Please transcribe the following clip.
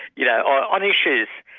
yeah on issues.